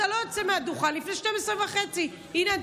אתה לא יוצא מהדוכן לפני 12:30. הינה,